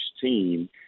team